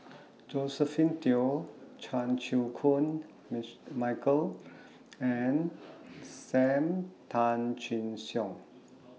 Josephine Teo Chan Chew Koon Michael and SAM Tan Chin Siong